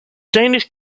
danish